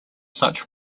such